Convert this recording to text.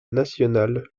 nationale